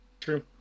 True